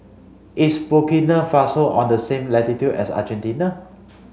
is Burkina Faso on the same latitude as Argentina